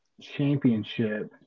championship